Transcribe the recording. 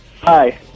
Hi